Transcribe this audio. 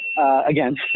again